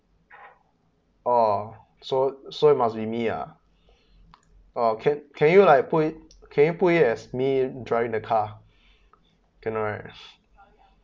orh so so it must be me ah uh can can you like put it can you put it as me driving the car cannot right